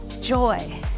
joy